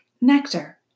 nectar